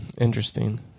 Interesting